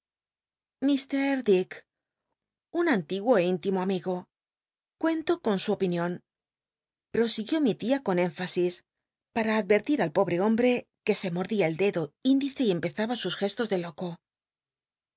dick un antiguo é íntimo amigo cuento con su opinion prosiguió mi tia con énfasis para ad ertir al pobre hombre que se modia el dedo índice y empezaba sus gestos de loco